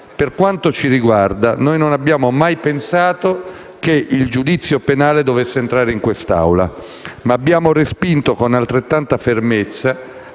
Per quanto ci riguarda, noi non abbiamo mai pensato che il giudizio penale dovesse entrare in questa Assemblea. Ma abbiamo respinto con altrettanta fermezza